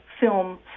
film